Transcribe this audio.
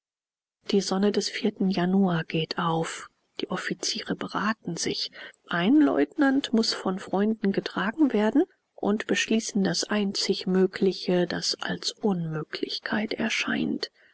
die sonne des januar geht auf die offiziere beraten sich ein leutnant muß von freunden getragen werden und beschließen das einzig mögliche das als unmöglichkeit erscheint